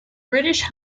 british